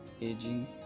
aging